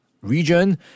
region